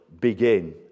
begin